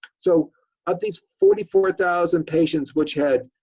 so of these forty four thousand patients which had